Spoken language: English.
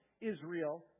Israel